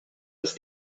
ist